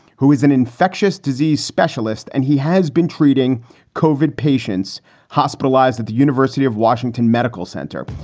who is an infectious disease specialist. and he has been treating covered patients hospitalized at the university of washington medical center.